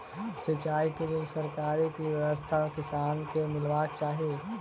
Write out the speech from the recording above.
सिंचाई केँ लेल सरकारी की व्यवस्था किसान केँ मीलबाक चाहि?